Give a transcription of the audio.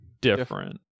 different